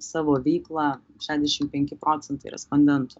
savo veiklą šedešim penki procentai respondentų